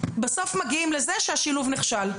בסוף מגיעים לזה שהשילוב נכשל.